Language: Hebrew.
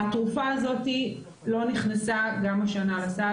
התרופה הזאת לא נכנסה גם השנה לסל,